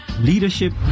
leadership